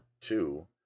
two